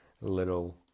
little